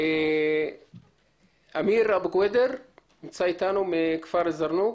אמיר, מכפר אל-זרנוג.